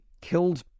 killed